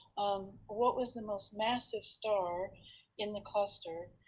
um what was the most massive star in the cluster?